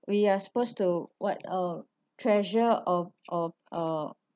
we are supposed to what uh treasure or or uh